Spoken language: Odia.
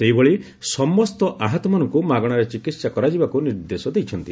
ସେହିଭଳି ସମସ୍ତ ଆହତମାନଙ୍ଙୁ ମାଗଣାରେ ଚିକିହା କରାଯିବାକୁ ନିର୍ଦ୍ଦେଶ ଦେଇଛନ୍ତି